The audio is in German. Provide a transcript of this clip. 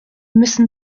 müssen